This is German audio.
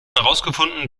herausgefunden